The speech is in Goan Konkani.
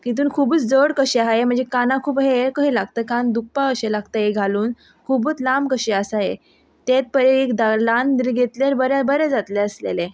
हितून खुबूच जड कशें आहा खूब हे कशे लागता कान दुखपा अशे लागता हे घालून खुबूत लांब कशी आसा हे तेत पयलीं ल्हान जर घेतल्यार बरें बरें जातलें आसलेलें